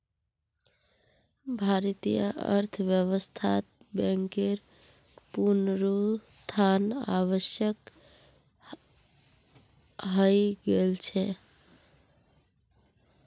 भारतीय अर्थव्यवस्थात बैंकेर पुनरुत्थान आवश्यक हइ गेल छ